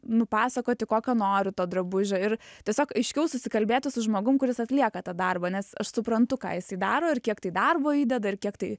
nupasakoti kokio noriu to drabužio ir tiesiog aiškiau susikalbėti su žmogum kuris atlieka tą darbą nes aš suprantu ką jis daro ir kiek tai darbo įdeda kiek tai